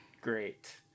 Great